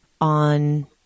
on